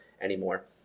anymore